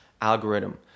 algorithm